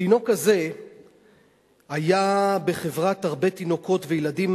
התינוק הזה היה בחברת הרבה תינוקות וילדים